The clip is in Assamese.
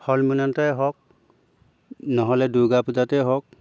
হওক নহ'লে দুৰ্গা পূজাতে হওক